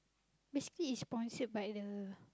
basically is sponsored by the